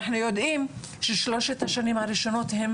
אנחנו יודעים ששלוש השנים הראשונות הן